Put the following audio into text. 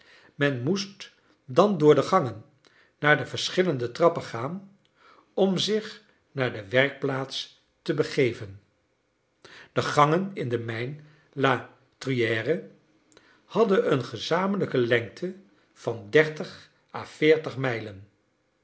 men moest dan door gangen naar de verschillende trappen gaan om zich naar de werkplaats te begeven de gangen in de mijn la truyère hadden een gezamenlijke lengte van à mijlen